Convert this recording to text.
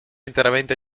interamente